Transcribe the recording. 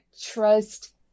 trust